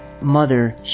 mother